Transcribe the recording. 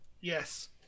Yes